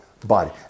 body